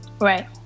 Right